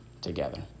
together